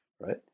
right